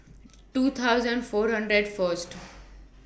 two thousand four hundred First